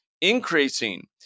increasing